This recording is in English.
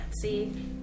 see